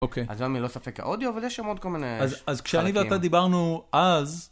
אוקיי. אז אני לא ספק האודיו, אבל יש שם עוד כל מיני חלקים. אז כשאני ואתה דיברנו אז...